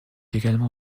également